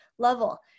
level